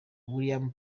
william